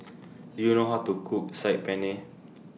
Do YOU know How to Cook Saag Paneer